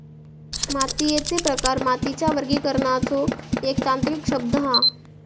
मातीयेचे प्रकार मातीच्या वर्गीकरणाचो एक तांत्रिक शब्द हा